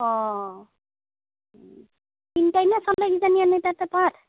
অ'